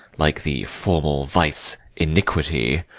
like the formal vice, iniquity,